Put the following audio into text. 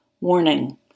Warning